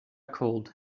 cold